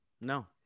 No